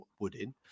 Wooden